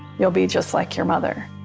they'll be just like your mother.